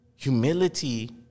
Humility